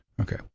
Okay